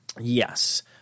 Yes